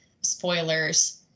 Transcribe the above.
spoilers